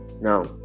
now